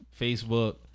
Facebook